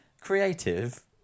creative